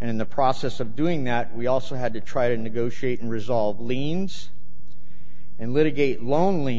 and in the process of doing that we also had to try to negotiate and resolve liens and litigate lonel